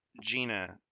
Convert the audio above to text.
Gina